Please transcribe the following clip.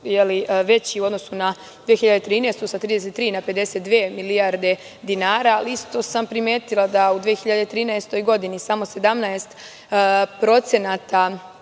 veći su u odnosu na 2013. godinu sa 33 na 52 milijarde dinara, ali isto sam primetila da u 2013 godini samo 17 posto